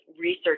Research